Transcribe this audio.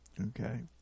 Okay